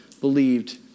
believed